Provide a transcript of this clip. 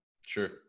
Sure